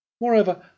Moreover